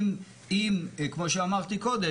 כמו שאמרתי קודם,